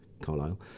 carlisle